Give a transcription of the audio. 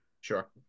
Sure